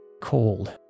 cold